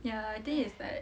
ya lah I think it's like